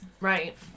Right